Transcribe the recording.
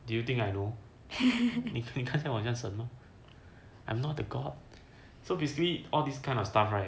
do you think I know 我看起来很像神吗 I'm not a god so basically all these kind of stuff right